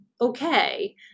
okay